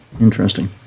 Interesting